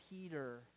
Peter